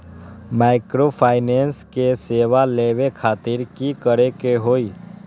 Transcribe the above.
Microfinance के सेवा लेबे खातीर की करे के होई?